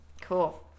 cool